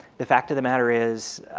the fact of the matter is